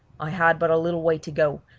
i had but a little way to go,